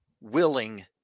willing